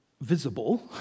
visible